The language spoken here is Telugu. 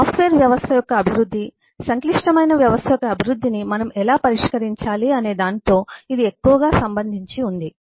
సాఫ్ట్వేర్ వ్యవస్థ యొక్క అభివృద్ధి సంక్లిష్టమైన వ్యవస్థ యొక్క అభివృద్ధిని మనము ఎలా పరిష్కరించాలి అనే దానితో ఇది ఎక్కువగా సంబంధించి ఉంది